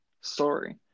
sorry